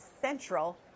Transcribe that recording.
central